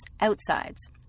outsides